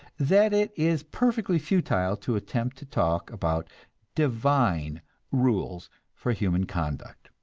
that it is perfectly futile to attempt to talk about divine rules for human conduct.